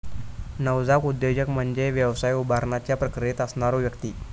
नवजात उद्योजक म्हणजे व्यवसाय उभारण्याच्या प्रक्रियेत असणारो व्यक्ती